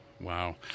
Wow